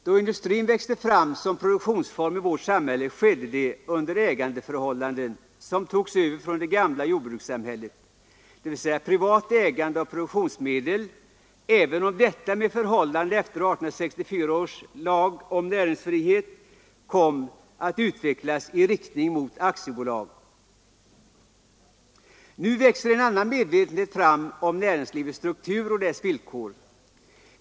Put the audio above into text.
Då industrin växte fram som produktionsform i vårt samhälle skedde det under ägarförhållanden som togs över från det gamla jordbrukssamhället, dvs. privat ägande av produktionsmedel, även om detta med förhållandena efter 1864 års lag om näringsfrihet kom att utvecklas i riktning mot aktiebolag. Nu växer en annan medvetenhet fram om näringslivets struktur och villkor.